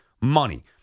money